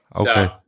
Okay